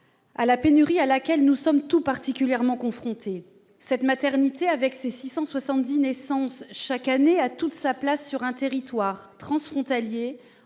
la pénurie à laquelle nous sommes tout particulièrement confrontés. Cette maternité, avec ses 670 naissances chaque année, a toute sa place sur un territoire transfrontalier